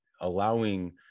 allowing